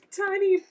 tiny